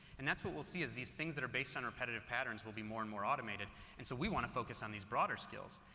and that's what we'll see as these things that based on repetitive patterns will be more and more automated and so we want to focus on these broader skills.